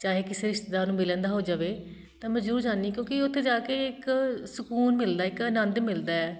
ਚਾਹੇ ਕਿਸੇ ਰਿਸ਼ਤੇਦਾਰ ਨੂੰ ਮਿਲਣ ਦਾ ਹੋ ਜਾਵੇ ਤਾਂ ਮੈਂ ਜ਼ਰੂਰ ਜਾਂਦੀ ਕਿਉਂਕਿ ਉੱਥੇ ਜਾ ਕੇ ਇੱਕ ਸਕੂਨ ਮਿਲਦਾ ਇੱਕ ਆਨੰਦ ਮਿਲਦਾ ਹੈ